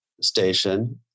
station